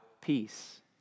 peace